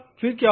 फिर क्या होगा